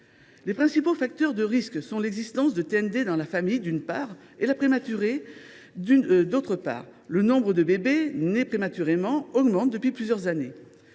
Les principaux facteurs de risque sont l’existence de TND dans la famille, d’une part, et la prématurité, d’autre part. Or le nombre de bébés nés prématurément augmente depuis plusieurs années.